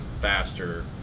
faster